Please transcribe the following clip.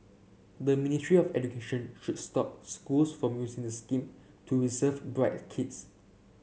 the Ministry of Education should stop schools from using the scheme to reserve bright kids